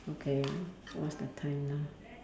okay what's the time now